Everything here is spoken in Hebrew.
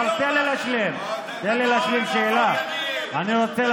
אנחנו כועסים כי אתה עומד כיו"ר ועדה,